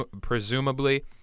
presumably